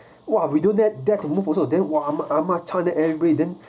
!wah! we do that also then !wah! then ah ma chant then everybody then